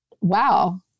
wow